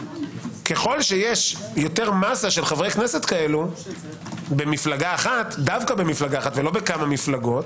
ככל שיש יותר מסה של חברי כנסת כאלה במפלגה אחת ולא בכמה מפלגות